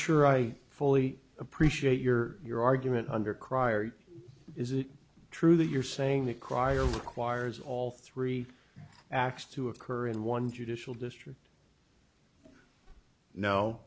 sure i fully appreciate your your argument under crier is it true that you're saying that crier requires all three acts to occur in one judicial district no